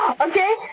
okay